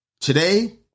today